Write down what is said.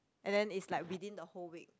and then it's like within the whole week